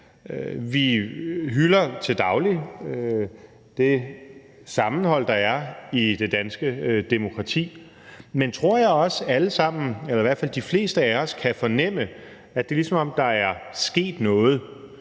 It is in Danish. Vi hylder til daglig det sammenhold, der er i det danske demokrati, men jeg tror også, at vi alle sammen eller i hvert fald de fleste af os kan fornemme, at det er, som om der er sket noget